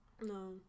no